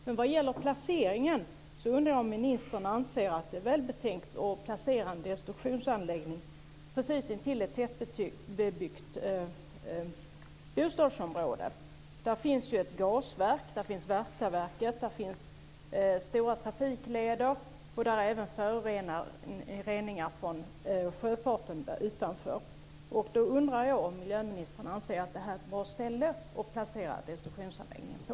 Men vad gäller placeringen undrar jag om ministern anser att det är välbetänkt att placera en destruktionsanläggning precis intill ett tätbebyggt bostadsområde. Där finns ett gasverk, Värtaverket, där finns stora trafikleder och där finns föroreningar från sjöfarten utanför. Jag undrar om miljöministern anser att det här är ett bra ställe att placera destruktionsanläggningen på.